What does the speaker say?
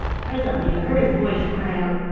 presently he heard a voice cry out